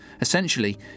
Essentially